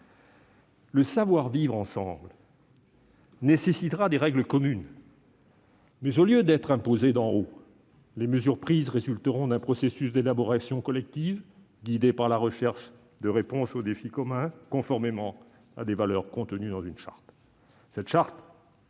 Le savoir vivre ensemble nécessitera des règles communes, mais, au lieu d'être imposées d'en haut, les mesures prises résulteront d'un processus d'élaboration collective guidée par la recherche de réponses aux défis communs, conformément à des valeurs contenues dans une charte.